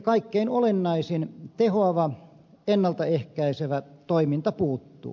kaikkein olennaisin tehoava ennalta ehkäisevä toiminta puuttuu